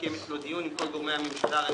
לקרן פיצוי מלחמה שנמצאת במשרד האוצר תחת רשות